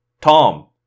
Tom